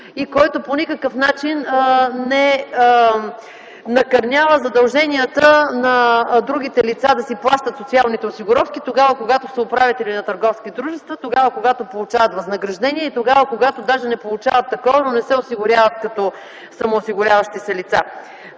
абсолютно никакъв начин не накърнява задълженията на другите лица да плащат социалните си осигуровки, когато са управители на търговски дружества, когато получават възнаграждения и когато даже не получават такова, но не се осигуряват като самоосигуряващи се лица.